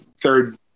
third